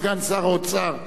סגן שר האוצר,